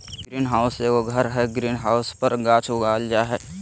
green house एगो घर हइ, ग्रीन हाउस पर गाछ उगाल जा हइ